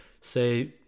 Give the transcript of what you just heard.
say